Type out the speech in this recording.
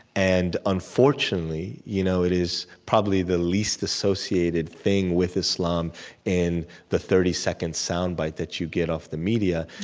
and, unfortunately, you know it is probably the least associated thing with islam in the thirty second sound bite that you get off the media,